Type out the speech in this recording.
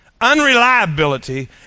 unreliability